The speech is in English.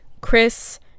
Chris